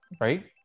Right